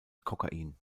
kokain